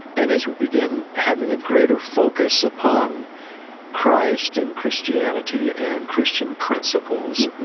and as we begin having a greater focus upon christ and christianity and christian principles,